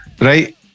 right